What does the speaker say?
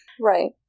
Right